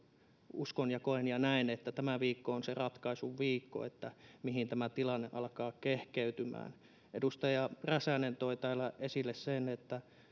uskon ja koen ja näen että tämä viikko on se ratkaisun viikko siinä mihin tämä tilanne alkaa kehkeytymään edustaja räsänen toi täällä esille sen että